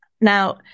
Now